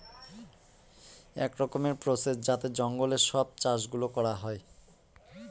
এক রকমের প্রসেস যাতে জঙ্গলে সব চাষ গুলো করা হয়